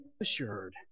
assured